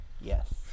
Yes